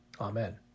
Amen